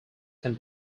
can